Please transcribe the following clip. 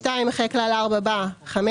(2) אחרי כלל 4 בא: "5.